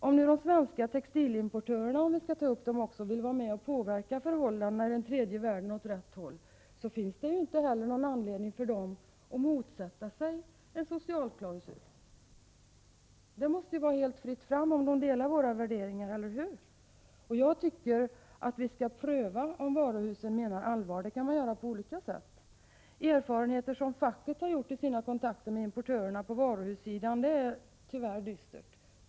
Om nu de svenska textilimportörerna, om vi skall ta upp dem också, vill vara med och påverka förhållandena åt rätt håll i tredje världen, finns det inte heller någon anledning för dem att motsätta sig en socialklausul. Det måste vara fritt fram om de delar våra värderingar, eller hur? Jag tycker att vi skall pröva om varuhusen menar allvar, och det kan man göra på olika sätt. De erfarenheter som facket har gjort vid sina kontakter med de importerande varuhusen är tyvärr dystra.